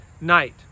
night